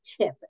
tip